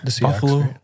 Buffalo